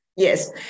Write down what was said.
Yes